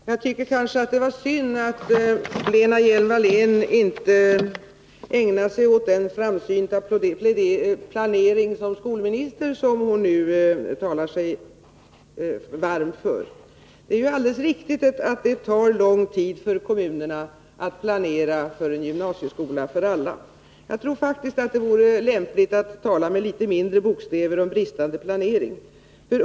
Herr talman! Det var synd att Lena Hjelm-Wallén inte som skolminister ägnade sig åt den framsynta planering som hon nu talar sig varm för. Det är alldeles riktigt att det tar lång tid för kommunerna att planera för en gymnasieskola för alla. Jag tror faktiskt att det vore lämpligt för Lena Hjelm-Wallén att tala med litet mindre bokstäver om bristande planering.